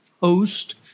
host